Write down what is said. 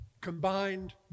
combined